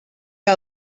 que